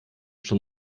schon